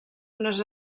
unes